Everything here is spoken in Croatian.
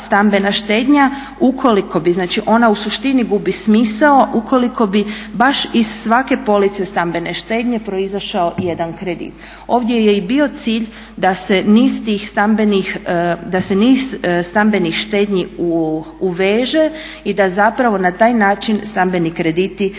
stambena štednja ukoliko bi znači ona u suštini gubi smisao ukoliko bi baš iz svake police stambene štednje proizašao jedna kredit. Ovdje je i bio cilj da se niz stambenih štednji uveže i da zapravo na taj način stambeni krediti budu